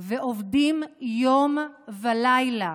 ועובדים יום ולילה